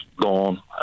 gone